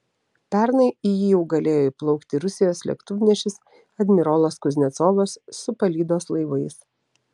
pernai į jį jau galėjo įplaukti rusijos lėktuvnešis admirolas kuznecovas su palydos laivais